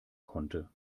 konnte